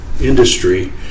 industry